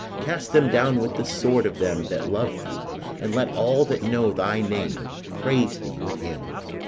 cast them down with the sword of them that love thee and let all that know thy name praise thee with hymns.